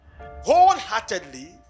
wholeheartedly